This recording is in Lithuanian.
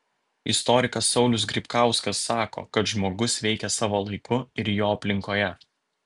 istorikas saulius grybkauskas sako kad žmogus veikia savo laiku ir jo aplinkoje